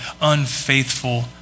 unfaithful